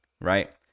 right